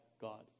God